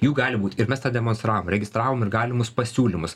jų gali būt ir mes tą demonstravom registravom ir galimus pasiūlymus